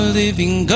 living